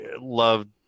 loved